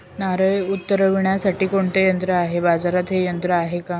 नारळे उतरविण्यासाठी कोणते यंत्र आहे? बाजारात हे यंत्र आहे का?